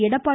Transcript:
Edappadi